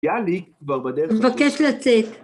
יאללה, היא כבר בדרך, מבקש לצאת.